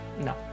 No